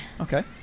Okay